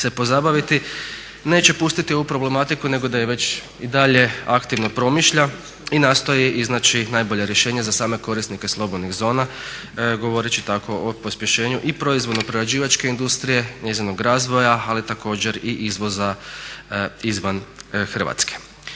se pozabaviti, neće pustiti ovu problematiku nego da je već i dalje aktivno promišlja i nastoji iznaći najbolja rješenja za same korisnike slobodnih zona govoreći tako o pospješenju i proizvodno prerađivačke industrije, njezinog razvoja ali također i izvoza izvan Hrvatske.